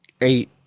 eight